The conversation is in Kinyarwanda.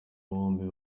bombi